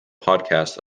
podcast